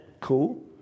cool